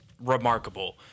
remarkable